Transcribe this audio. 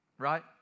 right